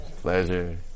Pleasure